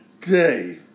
day